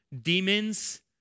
demons